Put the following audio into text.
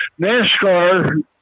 NASCAR